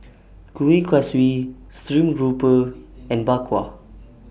Kueh Kaswi Stream Grouper and Bak Kwa